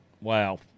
Wow